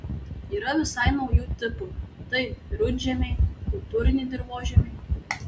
yra visai naujų tipų tai rudžemiai kultūriniai dirvožemiai